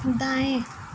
दाएँ